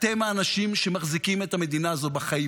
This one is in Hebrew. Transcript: אתם האנשים שמחזיקים את המדינה הזאת בחיים.